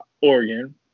Oregon